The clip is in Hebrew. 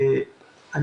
כי